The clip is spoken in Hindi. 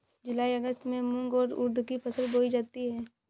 जूलाई अगस्त में मूंग और उर्द की फसल बोई जाती है